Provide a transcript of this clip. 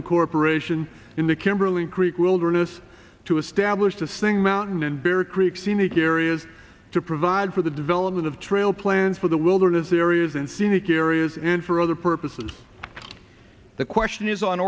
incorporation in the kimberley creek wilderness to establish to sing mountain and bear creek scenic areas to provide for the development of trail plans for the wilderness areas and scenic areas and for other purposes the question is on